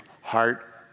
heart